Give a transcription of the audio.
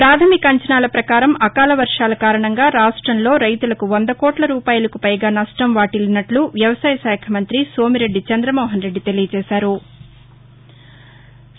ప్రాధమిక అంచనాల పకారం అకాలవర్వాల కారణంగా రాష్టంలో రైతులకు వంద కోట్ల రూపాయలకుపైగా నష్టం వాటిల్లినట్లు రాష్ట వ్యవసాయ శాఖ మంతి సోమిరెడ్డి చందమోహన్రెడ్లి తెలియచేశారు